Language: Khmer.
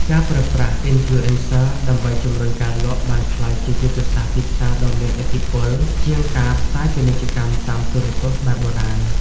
ការប្រើប្រាស់ "Influencers" ដើម្បីជម្រុញការលក់ បានក្លាយជាយុទ្ធសាស្ត្រទីផ្សារដ៏មានឥទ្ធិពលជាងការផ្សាយពាណិជ្ជកម្មតាមទូរទស្សន៍បែបបុរាណ។